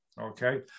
Okay